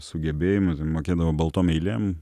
sugebėjimų mokėdavo baltom eilėm